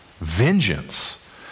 vengeance